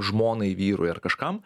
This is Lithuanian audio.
žmonai vyrui ar kažkam